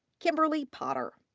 kimberly potter.